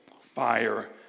fire